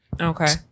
Okay